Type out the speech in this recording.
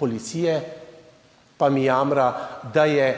policije pa mi jamra, da je